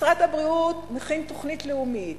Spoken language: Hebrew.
משרד הבריאות מכין תוכנית לאומית,